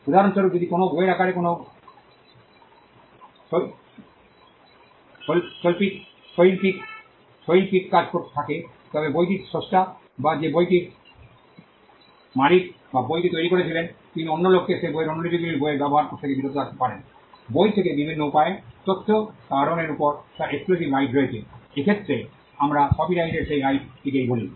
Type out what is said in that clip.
উদাহরণস্বরূপ যদি কোনও বইয়ের আকারে কোনও শৈল্পিক কাজ থাকে তবে বইটির স্রষ্টা বা যে বইটির মালিক বা বইটি তৈরি করেছিলেন তিনি অন্য লোককে সেই বইয়ের অনুলিপিগুলি বইয়ের ব্যবহার থেকে বিরত রাখতে পারেন বই থেকে বিভিন্ন উপায়ে তথ্য কারণ এর উপর তার এক্সকুসিভ রাইট রয়েছে এক্ষেত্রে আমরা কপিরাইটের সেই রাইট টিকেই বলি